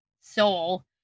soul